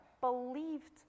believed